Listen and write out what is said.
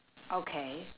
okay